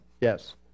Yes